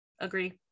agree